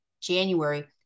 january